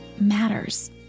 matters